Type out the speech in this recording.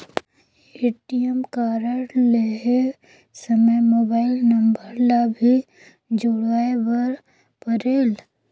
ATM card लहे समय mobile number ला भी जुड़वाए बर परेल?